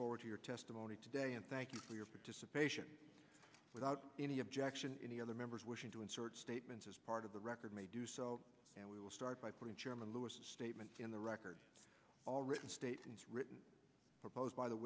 forward to your testimony today and thank you for your participation without any objection any other members wishing to assert statements as part of the record may do so and we will start by putting chairman lewis statement in the record all written statements written proposed by the